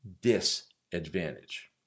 disadvantage